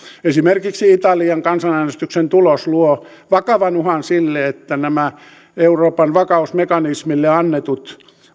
esimerkiksi italian kansanäänestyksen tulos luo vakavan uhan sille että nämä euroopan vakausmekanismille annetut